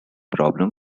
problem